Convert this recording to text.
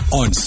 on